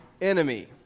Enemy